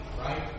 right